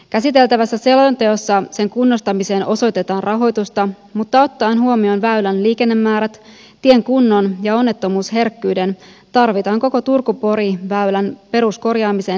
käsiteltävässä selonteossa sen kunnostamiseen osoitetaan rahoitusta mutta ottaen huomioon väylän liikennemäärät tien kunto ja onnettomuusherkkyys tarvitaan koko turkupori väylän peruskorjaamiseen lisämäärärahoja